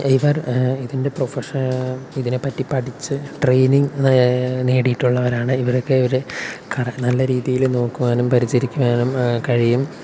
ഇവർ ഇതിൻ്റെ പ്രൊഫഷ ഇതിനെപ്പറ്റി പഠിച്ച് ട്രെയിനിങ് നേടിയിട്ടുള്ളവരാണ് ഇവരൊക്കെ ഒരു നല്ല രീതിയിൽ നോക്കുവാനും പരിചരിക്കുവാനും കഴിയും